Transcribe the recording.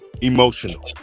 emotional